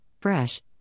fresh